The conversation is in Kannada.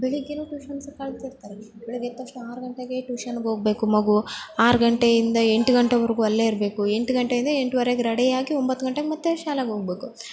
ಬೆಳಿಗ್ಗೆಯೂ ಟ್ಯೂಷನ್ಸ್ ಕಳ್ತಿರ್ತಾರೆ ಬೆಳಿಗ್ಗೆ ಎದ್ದ ತಕ್ಷಣ ಆರು ಗಂಟೆಗೆ ಟ್ಯೂಷನ್ಗೆ ಹೋಗ್ಬೇಕು ಮಗು ಆರು ಗಂಟೆಯಿಂದ ಎಂಟು ಗಂಟೆವರೆಗೂ ಅಲ್ಲೇ ಇರಬೇಕು ಎಂಟು ಗಂಟೆಯಿಂದ ಎಂಟೂವರೆಗೆ ರಡಿಯಾಗಿ ಒಂಬತ್ತು ಗಂಟೆಗೆ ಮತ್ತೆ ಶಾಲೆಗೆ ಹೋಗ್ಬೇಕು